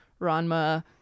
Ranma